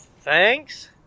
thanks